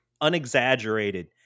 Unexaggerated